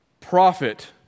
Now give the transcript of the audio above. profit